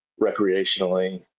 recreationally